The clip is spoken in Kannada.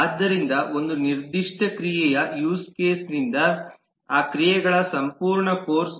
ಆದ್ದರಿಂದ ಒಂದು ನಿರ್ದಿಷ್ಟ ಕ್ರಿಯೆಯ ಯೂಸ್ ಕೇಸ್ನಿಂದ ಆ ಕ್ರಿಯೆಗಳ ಸಂಪೂರ್ಣ ಕೋರ್ಸ್